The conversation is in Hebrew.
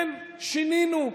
כן, שינינו.